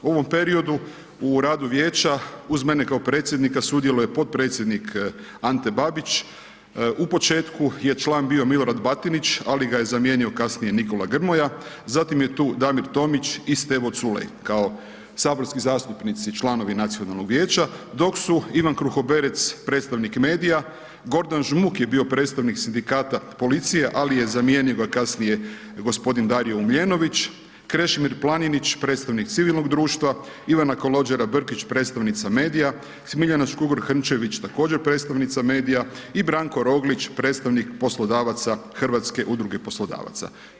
U ovom periodu u radu vijeća uz mene kao predsjednika sudjeluje potpredsjednik Ante Babić, u početku je član bio Milorad Batinić ali ga je zamijenio kasnije Nikola Grmoja, zatim je tu Damir Tomić i Stevo Culej kao saborski zastupnici članovi Nacionalnog vijeća dok su Ivan Kruhoberec, predstavnik medija, Gordan Žmuk je bio predstavnik Sindikata policije ali ga je zamijenio kasnije g. Dario Uljenović, Krešimir Planinić, predstavnik civilnog društva, Ivana Kalogjera Brkić, predstavnica medija, Smiljana Škugor Hrnčević također predstavnica medija i Branko Roglić, predstavnik poslodavaca HUP-a.